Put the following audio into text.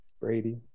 Brady